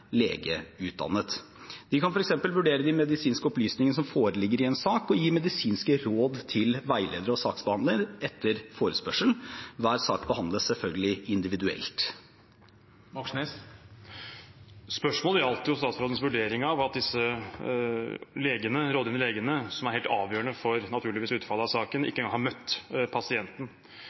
legeutdannet. De kan f.eks. vurdere de medisinske opplysningene som foreligger i en sak, og gi medisinske råd til veileder og saksbehandler etter forespørsel. Hver sak behandles selvfølgelig individuelt. Spørsmålet gjaldt statsrådens vurdering av at disse rådgivende legene, som naturligvis er helt avgjørende for utfallet av saken, ikke engang har møtt pasienten